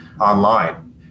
online